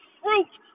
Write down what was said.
fruit